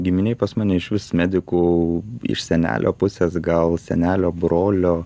giminėj pas mane išvis medikų iš senelio pusės gal senelio brolio